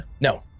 No